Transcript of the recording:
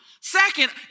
Second